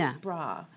bra